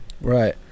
right